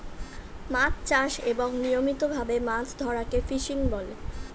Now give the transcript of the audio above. মাছ চাষ এবং নিয়মিত ভাবে মাছ ধরাকে ফিশিং বলে